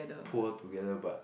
poor together but